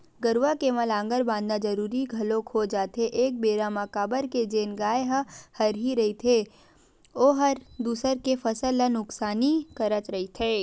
गरुवा के म लांहगर बंधाना जरुरी घलोक हो जाथे एक बेरा म काबर के जेन गाय ह हरही रहिथे ओहर दूसर के फसल ल नुकसानी करत रहिथे